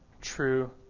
true